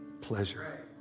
pleasure